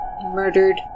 Murdered